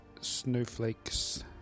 snowflakes